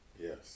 Yes